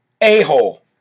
a-hole